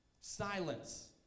Silence